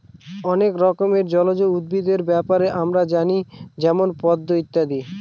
অনেক রকমের জলজ উদ্ভিদের ব্যাপারে আমরা জানি যেমন পদ্ম ইত্যাদি